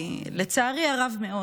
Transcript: כי לצערי הרב מאוד,